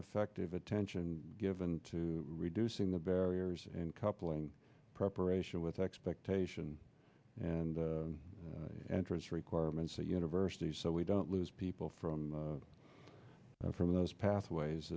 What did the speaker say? effective attention given to reducing the barriers and coupling preparation with expectation and entrance requirements at universities so we don't lose people from from those pathways